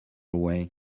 way